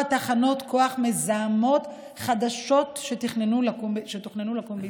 תחנות כוח מזהמות חדשות שתוכננו לקום בישראל.